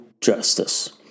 justice